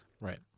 Right